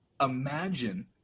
imagine